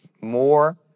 more